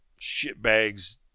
shitbags